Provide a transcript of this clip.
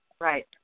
Right